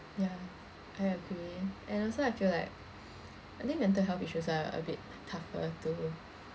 ya I agree and also I feel like I think mental health issues are a bit tougher to